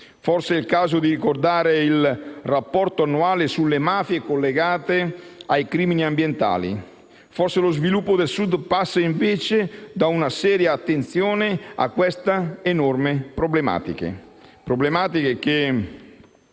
Forse è il caso di ricordare il rapporto annuale sulle mafie e sui crimini ambientali. Forse lo sviluppo del Sud passa, invece, da una seria attenzione a queste enormi problematiche,